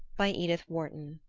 by edith wharton